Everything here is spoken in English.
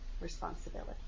responsibility